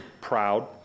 proud